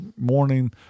morning